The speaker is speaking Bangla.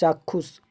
চাক্ষুষ